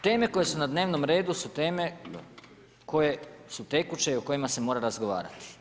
Teme koje su na dnevnom redu, su teme koje su tekuće i o kojima se mora razgovarati.